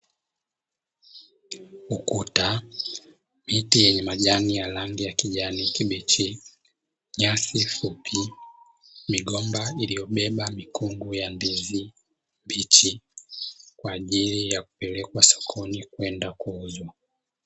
Ukuta, miti yenye majani ya rangi ya kijani kibichi, nyasi fupi, migomba iliyobeba mikungu ya ndizi mbichi kwa ajili ya kupelekwa sokoni na kuuzwa.